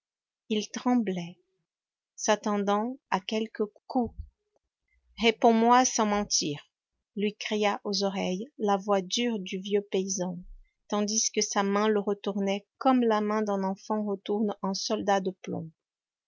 il tremblait s'attendant à quelques coups réponds-moi sans mentir lui cria aux oreilles la voix dure du vieux paysan tandis que sa main le retournait comme la main d'un enfant retourne un soldat de plomb